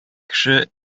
кеше